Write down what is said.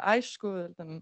aišku ten